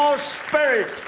ah spirit!